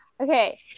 Okay